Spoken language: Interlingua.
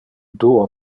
duo